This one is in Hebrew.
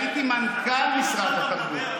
הייתי מנכ"ל משרד התרבות,